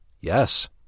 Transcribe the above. Yes